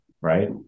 right